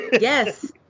Yes